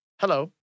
hello